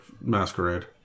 Masquerade